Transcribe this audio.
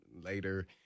later